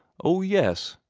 oh, yes!